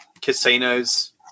casinos